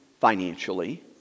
financially